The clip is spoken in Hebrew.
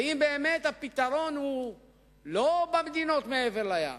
ואם באמת הפתרון הוא לא במדינות מעבר לים,